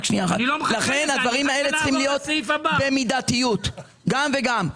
לכן הדברים צריכים להיות במידתיות, גם וגם.